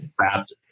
wrapped